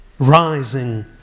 rising